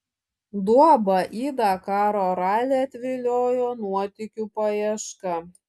duobą į dakaro ralį atviliojo nuotykių paieška